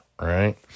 right